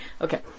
Okay